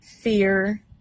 fear